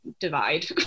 divide